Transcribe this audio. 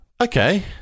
Okay